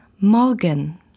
Morgen